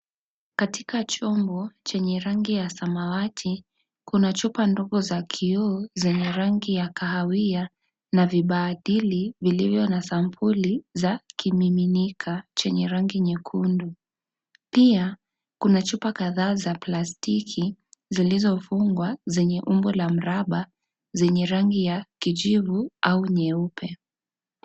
Katika chombo chenye rangi ya samawati, kuna chupa ndogo za kioo zenye rangi ya kahawia na vibadili vilivyo na sampuli za kimimimika chenye rangi nyekundu. Pia, kuna chupa kadhaa za plastiki zilizofungwa zenye umbo la mraba zenye rangi ya kijivu au nyeupe.